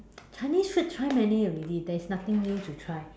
Chinese food try many already there is nothing new to try